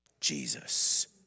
Jesus